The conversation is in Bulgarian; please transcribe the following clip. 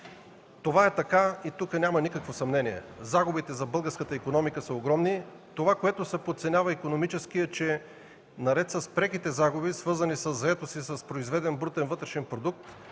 Това е така и тук няма никакво съмнение – загубите за българската икономика са огромни. Това, което се подценява икономически, е, че наред с преките загуби, свързани със заетост и с произведен брутен вътрешен продукт,